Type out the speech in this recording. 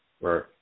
Right